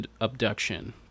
abduction